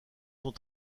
sont